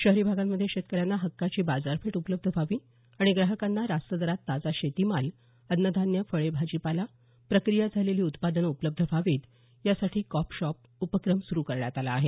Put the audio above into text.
शहरी भागांमध्ये शेतकऱ्यांना हक्काची बाजारपेठ उपलब्ध व्हावी आणि ग्राहकांना रास्त दरात ताजा शेतीमाल अन्न धान्य फळे भाजीपाला प्रक्रिया झालेली उत्पादनं उपलब्ध व्हावीत यासाठी कॉप शॉप उपक्रम सुरू करण्यात आला आहे